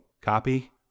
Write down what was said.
copy